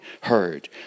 heard